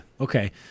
Okay